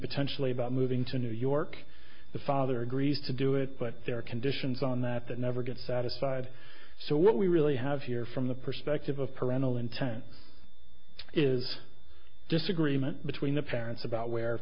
potentially about moving to new york the father agrees to do it but there are conditions on that that never get satisfied so what we really have here from the perspective of parental intent is disagreement between the parents about where